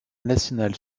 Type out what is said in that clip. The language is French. nationale